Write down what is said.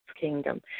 kingdom